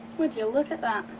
would you look at that?